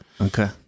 Okay